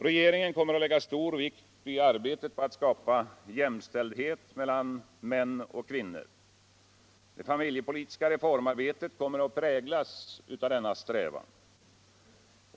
Regeringen kommer att lägga stor vikt vid arbetet på att skapa jämställdhet mellan män och kvinnor. Det familjepolitiska reformarbetet kommer att priglas av denna strävan.